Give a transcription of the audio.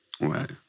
Right